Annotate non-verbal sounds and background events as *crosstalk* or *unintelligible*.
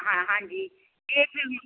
ਹਾਂ ਹਾਂਜੀ *unintelligible*